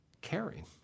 caring